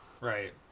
Right